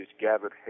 gathered